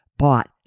bought